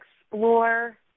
explore